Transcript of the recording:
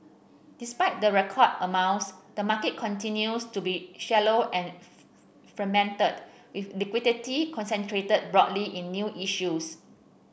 despite the record amounts the market continues to be shallow and fragmented with liquidity concentrated broadly in new issues